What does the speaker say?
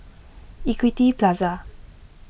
Equity Plaza